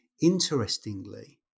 Interestingly